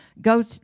Go